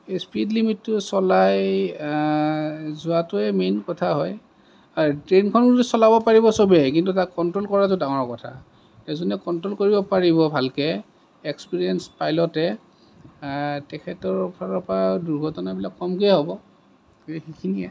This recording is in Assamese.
এই স্পিড লিমিটটো চলাই যোৱাটোৱে মেইন কথা হয় ট্ৰেনখনটো চলাব পাৰিব চবে কিন্তু তাক কন্ট্ৰ'ল কৰাটো ডাঙৰ কথা এজনে কন্ট্ৰ'ল কৰিব পাৰিব ভালকে এক্সপেৰিয়েঞ্চ পাইলটে তেখেতৰ ফালৰ পৰা দুৰ্ঘটনাবিলাক কমকে হ'ব এই সেইখিনিয়ে